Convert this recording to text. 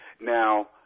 Now